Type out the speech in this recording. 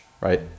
right